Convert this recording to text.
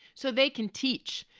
so they can teach.